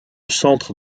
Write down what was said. centre